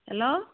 hello